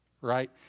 Right